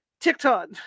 TikTok